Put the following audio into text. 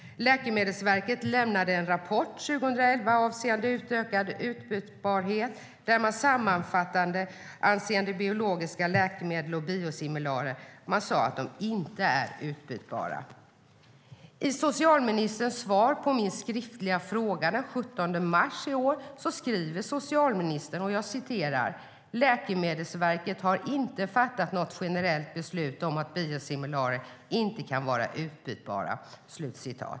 Läkemedelsverket lämnade en rapport 2011 avseende utökad utbytbarhet där man sammanfattar att biologiska läkemedel och biosimilarer inte är utbytbara. I socialministerns svar på min skriftliga fråga den 17 mars i år skriver socialministern: "Läkemedelsverket har inte fattat något generellt beslut om att biosimilarer inte kan vara utbytbara."